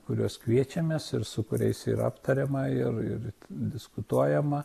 kuriuos kviečiamės ir su kuriais yra aptariama ir ir diskutuojama